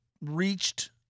reached –